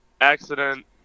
accident